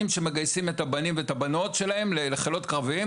שמגייסים את הבנים והבנות שלהם לחיילים וחיילות קרביים,